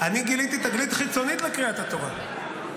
אני גיליתי תגלית חיצונית לקריאת התורה,